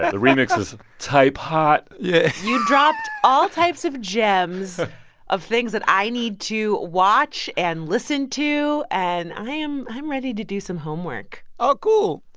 the remix is type hot yeah you dropped all types of gems of things that i need to watch and listen to. and i am i am ready to do some homework oh, cool.